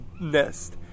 nest